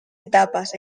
etapas